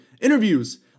interviews